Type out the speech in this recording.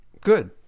good